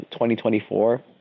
2024